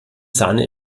sahne